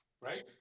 Right